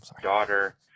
daughter